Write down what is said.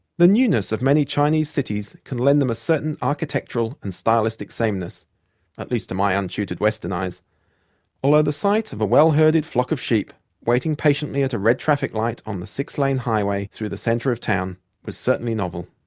the newness of many chinese cities can lend them a certain architectural and stylistic sameness at least to my untutored western eyes although the sight of a well-herded flock of sheep waiting patiently at a red traffic light on the six lane highway through the centre of town was certainly novel.